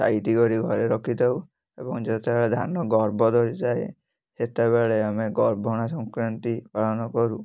ସାଇତି କରିକି ଘରେ ରଖିଥାଉ ଏବଂ ଯେତେବେଳେ ଧାନ ଗର୍ଭ ଧରିଥାଏ ସେତେବେଳେ ଆମେ ଗର୍ଭଣା ସଂକ୍ରାନ୍ତି ପାଳନ କରୁ